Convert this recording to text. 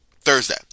Thursday